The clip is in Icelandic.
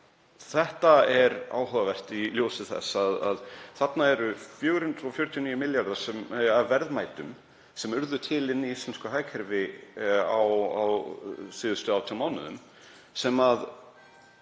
Þetta er áhugavert í ljósi þess að þarna eru 449 milljarðar af verðmætum sem urðu til í íslensku hagkerfi á síðustu 18 mánuðum sem